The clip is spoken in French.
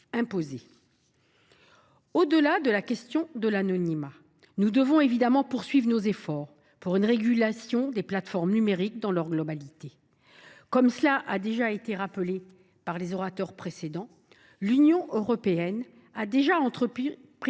Au delà de la question de l’anonymat, nous devons évidemment poursuivre nos efforts pour réguler les plateformes numériques dans leur globalité. Comme l’ont rappelé les orateurs précédents, l’Union européenne a déjà entrepris